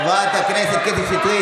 חברת הכנסת קטי שטרית,